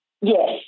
Yes